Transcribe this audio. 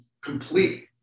complete